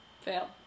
Fail